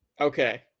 Okay